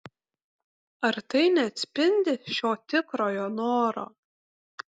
ar tai neatspindi šio tikrojo noro